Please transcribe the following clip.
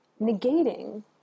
negating